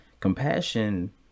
Compassion